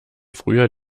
frühjahr